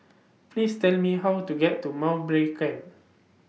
Please Tell Me How to get to Mowbray Camp